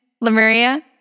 Lemuria